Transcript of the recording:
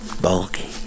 bulky